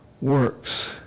works